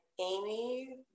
Amy